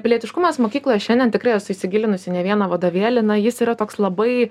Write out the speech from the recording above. pilietiškumas mokykloj aš šiandien tikrai esu įsigilinusi į ne vieną vadovėlį na jis yra toks labai